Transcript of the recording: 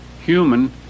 human